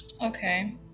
Okay